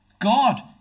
God